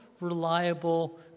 reliable